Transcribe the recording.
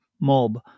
mob